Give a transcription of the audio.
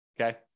okay